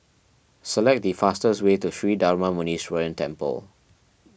select the fastest way to Sri Darma Muneeswaran Temple